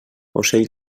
ocell